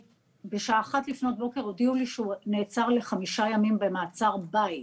בשעה 1:00 לפנות בוקר הודיעו לי שהוא נעצר לחמישה ימים במעצר בית.